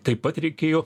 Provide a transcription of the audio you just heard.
taip pat reikėjo